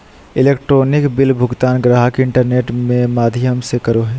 electronic bill भुगतान गाहक internet में माध्यम से करो हइ